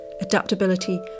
adaptability